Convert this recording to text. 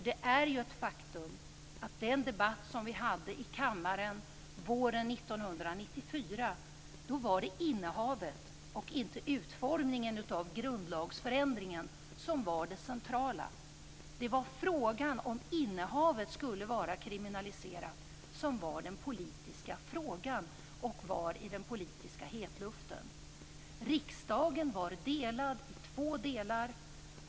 Det är ju ett faktum att det i den debatt som vi hade här i kammaren våren 1994 var innehavet, inte utformningen av grundlagsändringen, som var det centrala. Det var frågan om innehavet skulle vara kriminaliserat som var den politiska frågan och som var i den politiska hetluften. Riksdagen var delad i två delar.